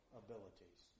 abilities